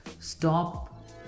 stop